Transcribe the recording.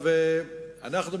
אנחנו,